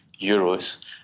euros